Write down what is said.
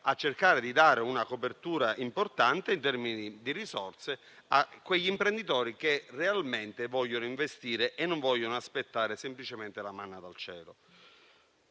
a cercare di dare una copertura importante in termini di risorse a quegli imprenditori che realmente vogliono investire e non vogliono aspettare semplicemente la manna dal cielo.